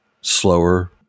Slower